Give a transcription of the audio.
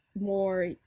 more